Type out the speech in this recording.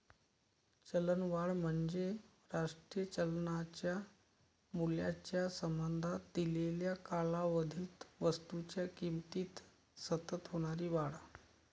चलनवाढ म्हणजे राष्ट्रीय चलनाच्या मूल्याच्या संबंधात दिलेल्या कालावधीत वस्तूंच्या किमतीत सतत होणारी वाढ